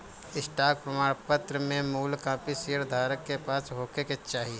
stock प्रमाणपत्र में मूल कापी शेयर धारक के पास होखे के चाही